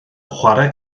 chwarae